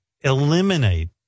eliminate